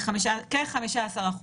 כ-15%.